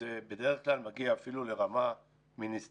זה בדרך כלל מגיע אפילו לרמה מיניסטריאלית,